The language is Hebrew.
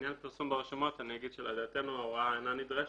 לעניין פרסום ברשומות אני אגיד שלדעתנו ההוראה אינה נדרשת,